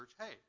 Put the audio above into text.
Hey